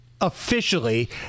officially